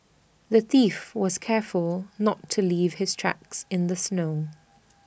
the thief was careful not to leave his tracks in the snow